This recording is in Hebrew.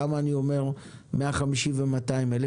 למה אני אומר 150,000 ו-200,000?